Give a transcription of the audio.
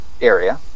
area